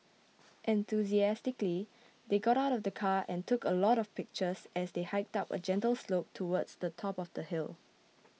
enthusiastically they got out of the car and took a lot of pictures as they hiked up a gentle slope towards the top of the hill